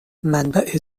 منبع